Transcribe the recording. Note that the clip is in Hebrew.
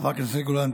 חברת הכנסת גולן,